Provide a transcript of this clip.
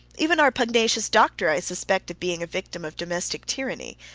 even our pugnacious doctor i suspect of being a victim of domestic tyranny,